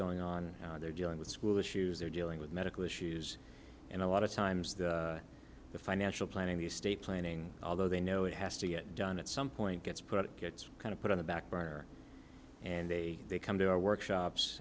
going on they're dealing with school issues they're dealing with medical issues and a lot of times the financial planning the state planning although they know it has to get done at some point gets put gets kind of put on the back burner and they come to our workshops